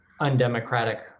undemocratic